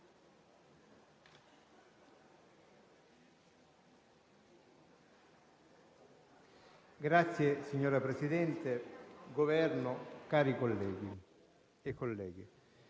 Signor Presidente, Governo, cari colleghi e colleghe,